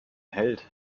held